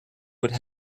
would